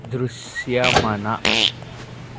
దృశ్యమన